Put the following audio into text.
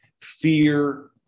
Fear